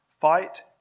fight